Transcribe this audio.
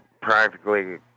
practically